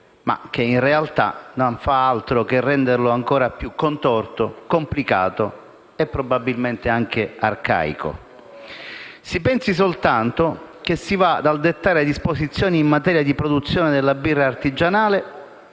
ma che, in realtà, non fa altro che renderlo ancora più contorto, complicato e probabilmente anche arcaico. Si pensi soltanto che si va dal dettare disposizioni in materia di produzione della birra artigianale